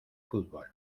fútbol